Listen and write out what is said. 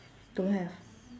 don't have